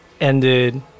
ended